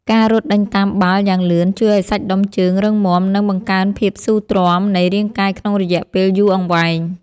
ការរត់ដេញតាមបាល់យ៉ាងលឿនជួយឱ្យសាច់ដុំជើងរឹងមាំ និងបង្កើនភាពស៊ូទ្រាំនៃរាងកាយក្នុងរយៈពេលយូរអង្វែង។